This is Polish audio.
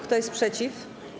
Kto jest przeciw?